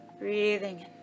Breathing